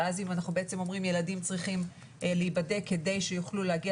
ואז אם אנחנו אומרים שילדים צריכים להיבדק כדי שיוכלו להגיע